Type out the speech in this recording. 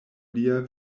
lia